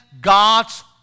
God's